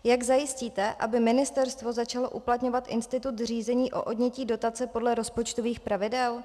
Jak zajistíte, aby ministerstvo začalo uplatňovat institut řízení o odnětí dotace podle rozpočtových pravidel?